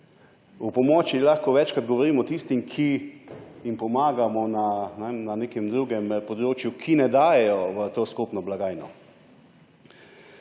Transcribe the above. O pomoči lahko večkrat govorimo tistim, ki jim pomagamo na nekem drugem področju, ki ne dajejo v to skupno blagajno.